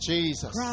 Jesus